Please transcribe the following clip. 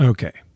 Okay